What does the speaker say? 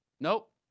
Nope